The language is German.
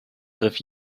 griff